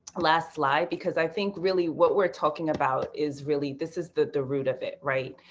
last slide because i think really what we are talking about is really this is the the root of it. right.